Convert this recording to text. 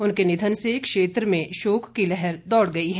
उनके निधन से क्षेत्र में शोक की लहर दौड़ गई है